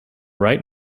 right